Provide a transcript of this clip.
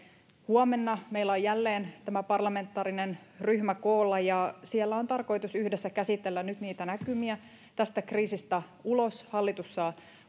huomenna meillä on jälleen tämä parlamentaarinen ryhmä koolla ja siellä on tarkoitus yhdessä käsitellä nyt niitä näkymiä tästä kriisistä ulos hallitus saa